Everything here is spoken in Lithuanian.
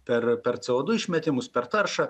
per per co du išmetimus per taršą